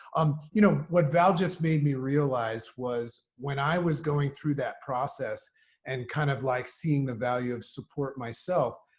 um you know, what val just made me realize was when i was going through that process and kind of like seeing the value of support myself,